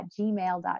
gmail.com